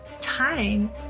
time